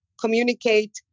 communicate